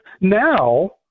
now